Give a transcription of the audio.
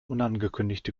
unangekündigte